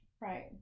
Right